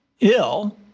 ill